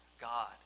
God